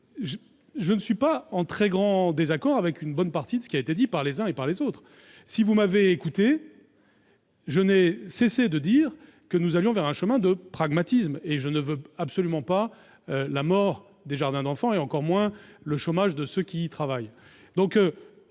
Je ne suis pas en très grand désaccord avec une bonne partie de ce qui a été dit par les uns et par les autres. Si vous m'avez écouté, reconnaissez que je n'ai cessé de dire que nous devions suivre la voie la plus pragmatique. Je ne veux absolument pas la mort des jardins d'enfants et encore moins mettre au chômage ceux qui y travaillent.